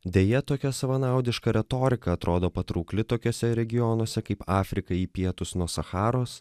deja tokia savanaudiška retorika atrodo patraukli tokiuose regionuose kaip afrika į pietus nuo sacharos